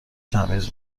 تمیز